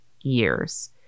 years